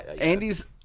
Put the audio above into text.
Andy's